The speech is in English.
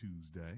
Tuesday